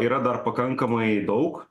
yra dar pakankamai daug